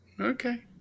Okay